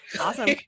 awesome